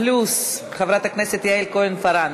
פלוס חברת הכנסת יעל כהן-פארן,